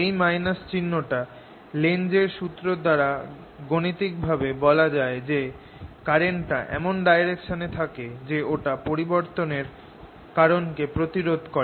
এই - চিহ্নটা লেন্জ এর সুত্র দ্বারা গাণিতিক ভাবে বলা যায় যে কারেন্টটা এমন ডাইরেকশন এ থাকে যে ওটা পরিবর্তনের কারণকে প্রতিরোধ করে